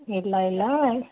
ಇಲ್ಲ ಇಲ್ಲ